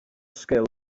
sgil